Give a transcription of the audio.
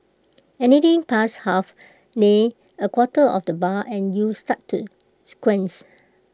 anything past half nay A quarter of the bar and you start to squint